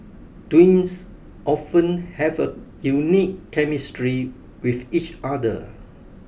twins often have a unique chemistry with each other